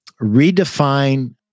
redefine